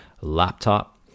laptop